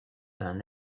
d’un